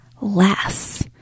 less